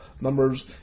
numbers